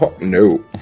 No